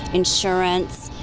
insurance.